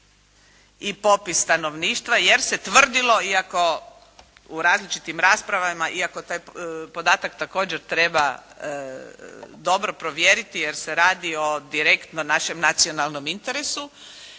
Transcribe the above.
i popis stanovništva jer se tvrdilo iako u različitim raspravama iako taj podatak također treba dobro provjeriti jer se radi o direktno našem nacionalnom interesu